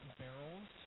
barrels